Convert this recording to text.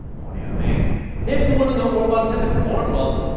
horny on main if you want to know more about tentacle porn, well.